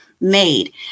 made